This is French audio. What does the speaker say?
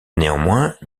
néanmoins